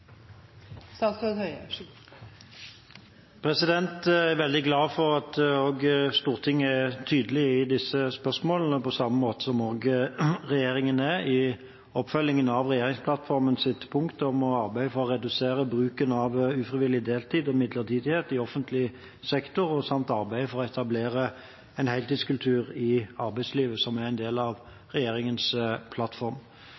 veldig glad for at også Stortinget er tydelig i disse spørsmålene, på samme måte som regjeringen er i oppfølgingen av regjeringsplattformens punkt om å arbeide for å redusere bruken av ufrivillig deltid og midlertidighet i offentlig sektor samt å arbeide for å etablere en heltidskultur i arbeidslivet, som er en del